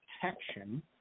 protection